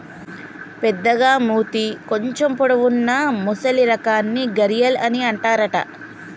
పెద్దగ మూతి కొంచెం పొడవు వున్నా మొసలి రకాన్ని గరియాల్ అని అంటారట